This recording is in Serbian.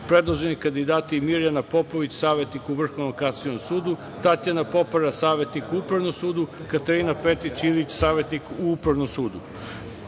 predloženi kandidati: Mirjana Popović, savetnik u Vrhovnom kasacionom sudu, Tatjana Popara, savetnik u Upravnom sudu, Katarina Petrić Ilić, savetnik u Upravnom sudu. Kao